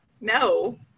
No